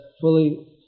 fully